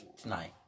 Tonight